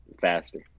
faster